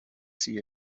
see